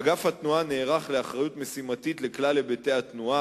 אגף התנועה נערך לאחריות משימתית לכלל היבטי התנועה,